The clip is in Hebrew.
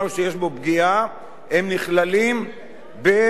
הם נכללים בחוק לשון הרע.